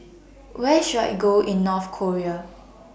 Where should I Go in North Korea